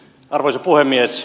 arvoisa puhemies